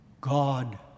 God